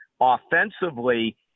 offensively